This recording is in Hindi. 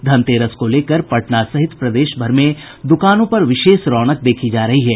धनतेरस को लेकर पटना सहित प्रदेशभर में द्कानों पर विशेष रौनक देखी जा रही है